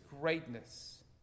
greatness